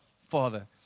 Father